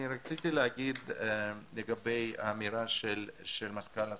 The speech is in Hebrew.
אני רציתי להגיד לגבי האמירה של מזכ"ל הסוכנות.